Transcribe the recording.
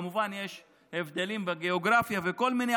כמובן יש הבדלים בגיאוגרפיה וכל מיני,